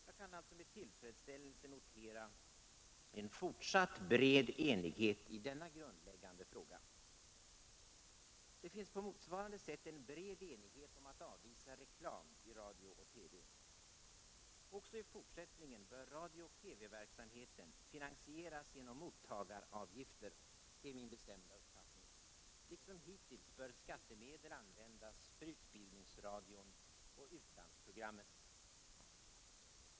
Jag kan alltså med tillfredsställelse notera en fortsatt bred enighet i denna grundläggande fråga. Det finns på motsvarande sätt en bred enighet om att avvisa reklam i radio/ TV. Också i fortsättningen bör radiooch TV-verksamheten finansieras genom mottagaravgifter, det är min bestämda uppfattning. Liksom hittills bör skattemedel användas för utbildningsradion och utlandsprogrammen.